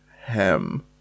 Hem